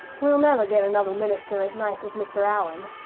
we'll never get another minister as nice as mr. allan,